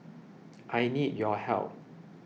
I need your help